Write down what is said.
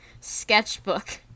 sketchbook